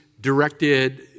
directed